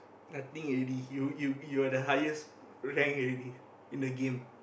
nothing already you you you are the highest rank already in the game